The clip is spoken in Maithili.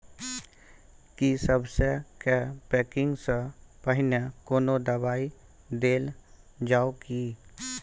की सबसे के पैकिंग स पहिने कोनो दबाई देल जाव की?